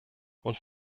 und